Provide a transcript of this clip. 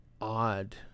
odd